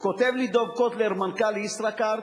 כותב לי דב קוטלר, מנכ"ל "ישראכרט",